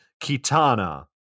Kitana